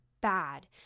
bad